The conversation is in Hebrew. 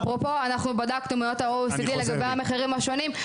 בדקנו לעומת ה-OECD לגבי המחירים השונים,